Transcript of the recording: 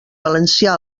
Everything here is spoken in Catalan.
valencià